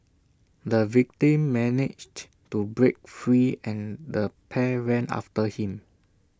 the victim managed to break free and the pair ran after him